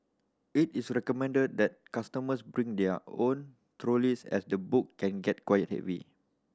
it is recommended that customers bring their own trolleys as the book can get quite heavy